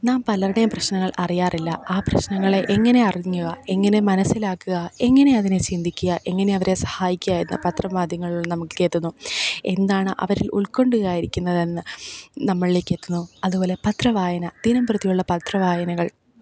നാം പലര്ടേം പ്രശ്നങ്ങള് അറിയാറില്ല ആ പ്രശ്നങ്ങളെ എങ്ങനെ അറിഞ്ഞ് എങ്ങനെ മനസിലാക്കുക എങ്ങനെയതിനെ ചിന്തിക്കുക എങ്ങനെയവരെ സഹായിക്കുക എന്ന് പത്രമാധ്യങ്ങള് നമക്കേത്തുന്നു എന്താണ് അവരില് ഉള്ക്കൊണ്ടുകാരിക്ക്ന്നതെന്ന് നമ്മളിലേക്കെത്തുന്നു അതുപോലെ പത്രവായന നം പ്രതിയുള്ള പത്രവായനകള്